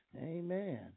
Amen